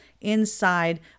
inside